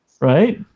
right